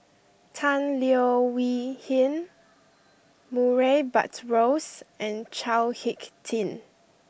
Tan Leo Wee Hin Murray Buttrose and Chao Hick Tin